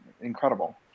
incredible